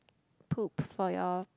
poop for your